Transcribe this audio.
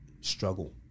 struggle